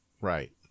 Right